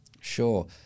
Sure